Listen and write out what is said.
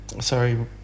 Sorry